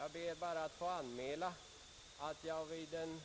Jag ber bara få anmäla att jag vid en